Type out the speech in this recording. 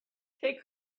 take